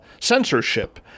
censorship